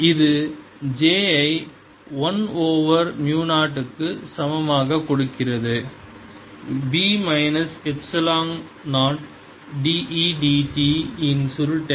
இது j ஐ 1 over மு 0 க்கு சமமாகக் கொடுக்கிறது B minus epsilon 0 dE dt இன் சுருட்டை